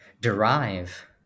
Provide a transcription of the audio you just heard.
derive